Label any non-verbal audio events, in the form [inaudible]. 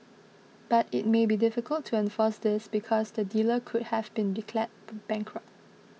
but it may be difficult to enforce this because the dealer could have been declared [noise] bankrupt